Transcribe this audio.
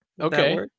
Okay